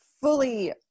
fully